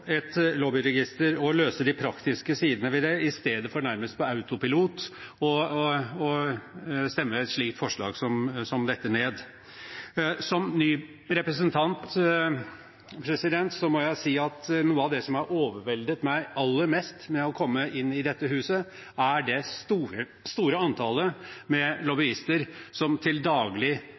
et lobbyregister og løse de praktiske sidene ved det i stedet for nærmest på autopilot å stemme ned et forslag som dette. Som ny representant må jeg si at noe av det som har overveldet meg aller mest ved å komme inn i dette huset, er det store antallet med lobbyister som til daglig